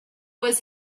was